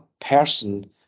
person